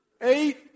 eight